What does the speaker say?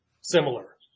similar